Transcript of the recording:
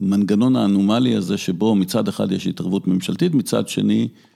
המנגנון האנומלי הזה, שבו מצד אחד יש התערבות ממשלתית, מצד שני...